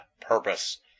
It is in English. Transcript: purpose